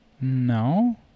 No